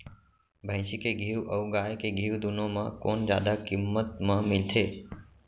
भैंसी के घीव अऊ गाय के घीव दूनो म कोन जादा किम्मत म मिलथे?